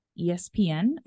ESPN